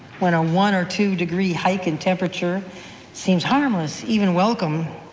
when a one or two degree hike in temperature seems harmless, even welcome.